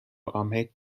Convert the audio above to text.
ahmed